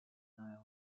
island